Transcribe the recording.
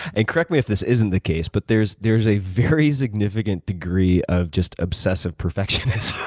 and correct me if this isn't the case, but there's there's a very significant degree of just obsessive perfectionism